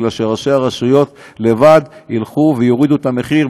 כי ראשי הרשויות בעצמם יורידו את המחיר,